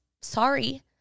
sorry